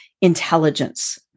intelligence